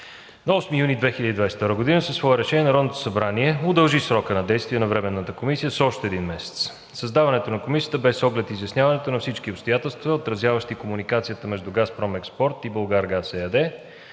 На 8 юни 2022 г. със свое решение Народното събрание удължи срока на действие на Временната комисия с още един месец. Създаването на Комисията бе с оглед изясняването на всички обстоятелства, отразяващи комуникацията между „Газпром Експорт“ и „Булгаргаз“